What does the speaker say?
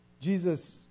Jesus